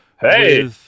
Hey